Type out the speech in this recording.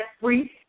free